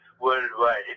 worldwide